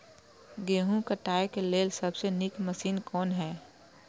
गेहूँ काटय के लेल सबसे नीक मशीन कोन हय?